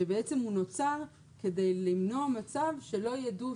שבעצם הוא נוצר כדי למנוע מצב שלא ידעו,